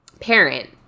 parent